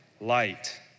light